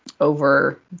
Over